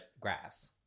grass